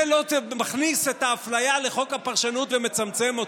זה לא מכניס את האפליה לחוק הפרשנות ומצמצם אותו.